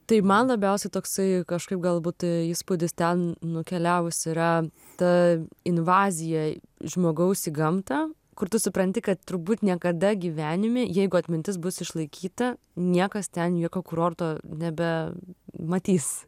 tai man labiausiai toksai kažkaip galbūt įspūdis ten nukeliavus yra ta invazija žmogaus į gamtą kur tu supranti kad turbūt niekada gyvenime jeigu atmintis bus išlaikyta niekas ten jokio kurorto nebe matys